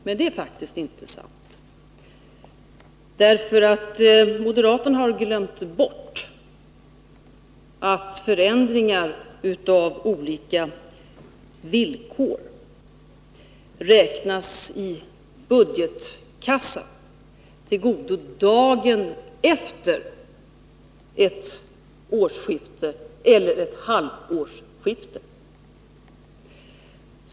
Men det är faktiskt inte sant, för moderaterna har glömt bort att förändringar av olika villkor räknas budgetkassan till godo dagen efter ett årsskifte eller ett halvårsskifte.